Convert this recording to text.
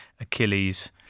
Achilles